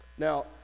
Now